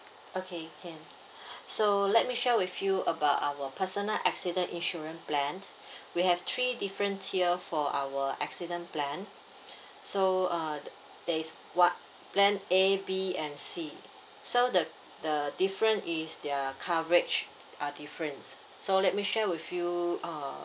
okay can so let me share with you about our personal accident insurance plans we have three different here for our accident plan so uh there is what plan A B and C so the the different is their coverage are different so let me share with you uh